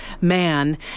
man